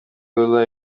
good